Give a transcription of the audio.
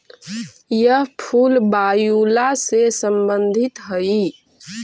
यह फूल वायूला से संबंधित हई